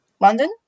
London